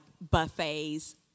buffets